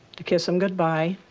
to kiss him goodbye.